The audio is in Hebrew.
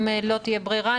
אם לא תהיה ברירה,